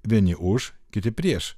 vieni už kiti prieš